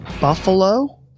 buffalo